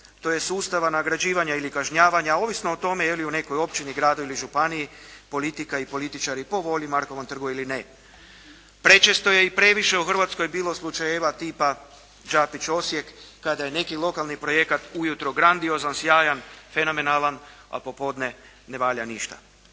tj. sustava nagrađivanja ili kažnjavanja, ovisno o tome je li u nekoj općini, gradu ili županiji politika i političari po volji Markovom trgu ili ne. Prečesto je i previše u Hrvatskoj bilo slučajeva tipa Đapić Osijek, kada je neki lokalni projekat ujutro grandiozan, sjajan, fenomenalan, a popodne ne valja ništa.